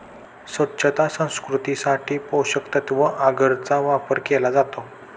स्वच्छता संस्कृतीसाठी पोषकतत्त्व अगरचा वापर केला जातो